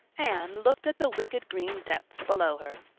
anne looked at the wicked green depths below her,